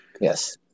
Yes